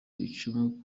icumu